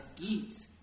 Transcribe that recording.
eat